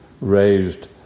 raised